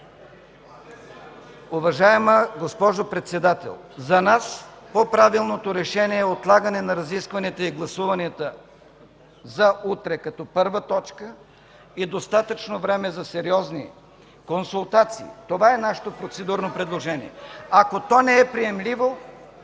Уважаема госпожо Председател, за нас по-правилното решение е отлагане на разискванията и гласуванията за утре като първа точка и достатъчно време за сериозни консултации. Това е нашето процедурно предложение. Ако то не е приемливо,